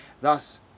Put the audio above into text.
Thus